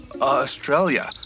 Australia